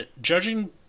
judging